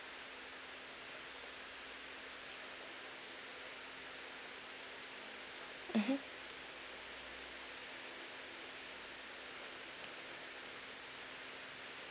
mmhmm